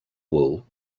wool